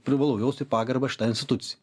privalau jausti pagarbą šitai institucijai